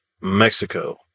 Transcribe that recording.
Mexico